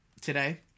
today